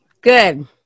good